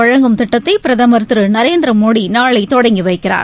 வழங்கும் திட்டத்தை பிரதமர் திரு நரேந்திரமோடி நாளை தொடங்கி வைக்கிறார்